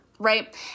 Right